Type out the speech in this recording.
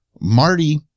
Marty